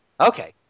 Okay